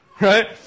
Right